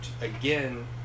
again